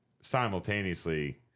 simultaneously